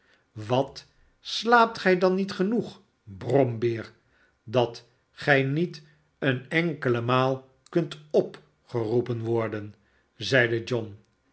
wat slaapt gij dan niet genoeg brombeer dat gij niet een enkele maal kunt opgeroepen worden zeide john